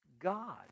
God